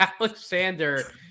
alexander